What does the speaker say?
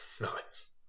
Nice